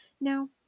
Now